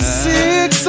six